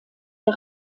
der